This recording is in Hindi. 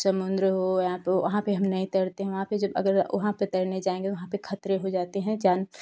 समुद्र हो वहाँ पर हम नहीं तैरते हैं वहाँ पर जब अगर वहाँ पर तैरने जाएंगे वहाँ पर खतरे हो जाते हैं जान